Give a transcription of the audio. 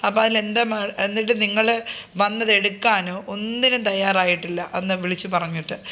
അപ്പോഴതിലെന്താണ് എന്നിട്ട് നിങ്ങള് വന്നിതെടുക്കാനോ ഒന്നിനും തയ്യാറായിട്ടില്ല അന്ന് വിളിച്ചുപറഞ്ഞിട്ട്